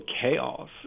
chaos